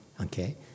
Okay